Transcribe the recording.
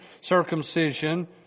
circumcision